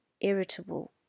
irritable